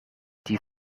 die